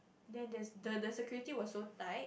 then there's the the security was so tight